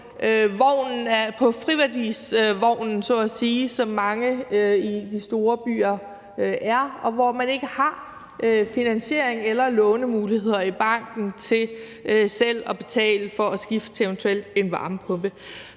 på friværdivognen, som mange i de store byer er, og hvor man ikke har finansiering eller lånemuligheder i banken til at betale for at skifte til eventuelt en varmepumpe.